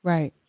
Right